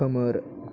खोमोर